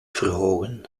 verhogen